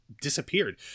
disappeared